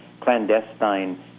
clandestine